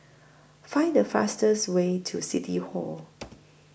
Find The fastest Way to City Hall